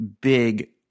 big